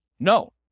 No